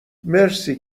مرسی